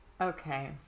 Okay